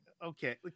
Okay